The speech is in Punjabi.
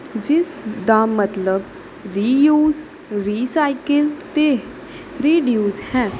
ਜਿਸ ਦਾ ਮਤਲਬ ਰਿਯੂਜ ਰੀਸਾਈਕਲ ਅਤੇ ਰਿਡਿਊਸ ਹੈ